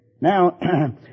Now